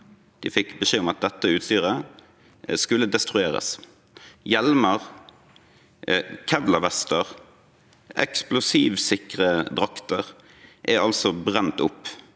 De fikk beskjed om at dette utstyret skulle destrueres. Hjelmer, kevlarvester og eksplosivsikre drakter er altså brent opp